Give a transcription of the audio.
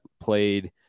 played